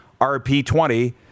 RP20